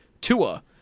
Tua